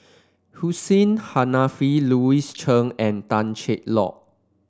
Hussein Haniff Louis Chen and Tan Cheng Lock